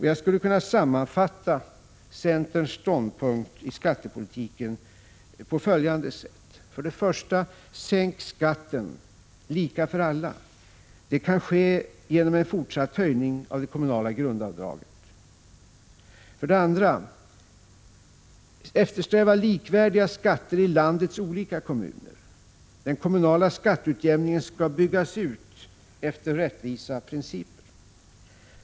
Jag skulle kunna sammanfatta centerns ståndpunkt i skattepolitiken på följande sätt: För det första: Sänk skatten — lika för alla. Det kan ske genom en fortsatt höjning av det kommunala grundavdraget. För det andra: Eftersträva likvärdiga skatter i landets olika kommuner. Den kommunala skatteutjämningen skall byggas ut efter rättvisa principer.